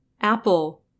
apple